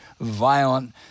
violent